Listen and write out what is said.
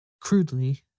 Crudely